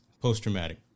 post-traumatic